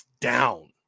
down